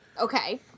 Okay